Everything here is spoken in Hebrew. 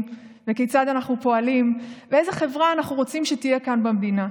וכיצד אנחנו פועלים ואיזה חברה אנחנו רוצים שתהיה כאן במדינה.